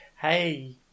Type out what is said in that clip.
hey